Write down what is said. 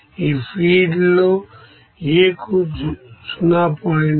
ఈ ఫీడ్ లోA కు 0